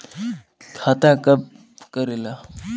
खाता कब करेला?